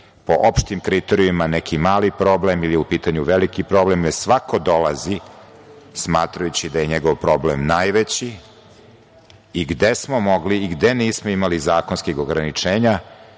po opštim kriterijumima neki mali problem ili je u pitanju veliki problem, jer svako dolazi smatrajući da je njegov problem najveći i gde smo mogli, gde nismo imali zakonskih ograničenja,